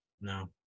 no